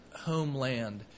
homeland